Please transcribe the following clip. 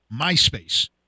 MySpace